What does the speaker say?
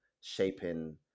shaping